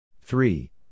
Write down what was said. Three